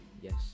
Yes